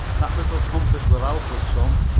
that little compass will help us some,